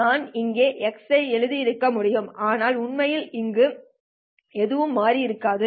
நான் இங்கே x ஐ எழுதியிருக்க முடியும் ஆனால் உண்மையில் இங்கு எதுவும் மாறியிருக்காது